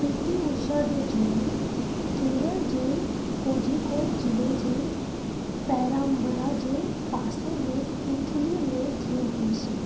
P T Usha जो जनम केरल जे कोझिकोड जिले जे पेराम्बरा जे पासे में कुथलीअ में थियो हुयुसि